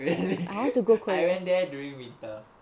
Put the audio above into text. really I went there during winter